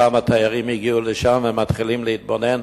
כמה תיירים הגיעו לשם, הם מתחילים להתבונן,